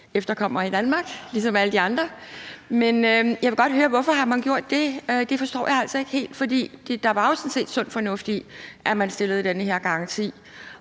efterkommere i Danmark – ligesom alle de andre. Men jeg vil godt høre, hvorfor man har gjort det. Det forstår jeg altså ikke helt, for der var sådan set sund fornuft i, at man skulle stille den her garanti,